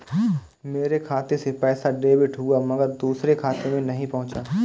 मेरे खाते से पैसा डेबिट हुआ मगर दूसरे खाते में नहीं पंहुचा